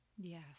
yes